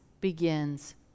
begins